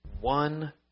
one